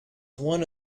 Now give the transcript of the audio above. one